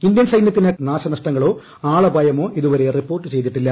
Indian സൈന്യത്തിന് കനത്ത നാശനഷ്ടങ്ങളോ ആളപായമോ ഇതുവരെ റിപ്പോർട്ട് ചെയ്തിട്ടില്ല